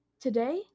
Today